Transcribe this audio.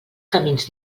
camins